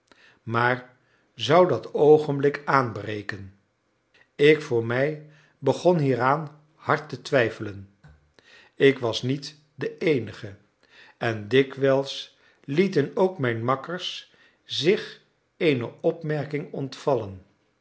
maar zou dat oogenblik aanbreken ik voor mij begon hieraan hard te twijfelen ik was niet de eenige en dikwijls lieten ook mijn makkers zich eene opmerking ontvallen